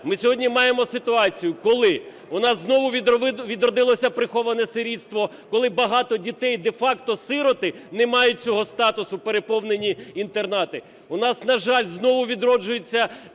ми сьогодні маємо ситуацію, коли у нас знову відродилося приховане сирітство, коли багато дітей де-факто сироти, не мають цього статусу, переповнені інтернати. У нас, на жаль, знову відроджується